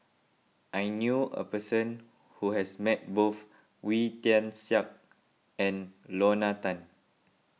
I knew a person who has met both Wee Tian Siak and Lorna Tan